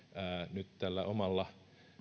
nyt tällä omalla